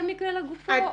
כל מקרה לגופו,